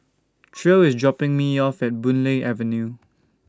Tre IS dropping Me off At Boon Lay Avenue